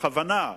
בכוונה,